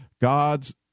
God's